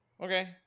okay